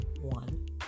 one